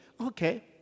Okay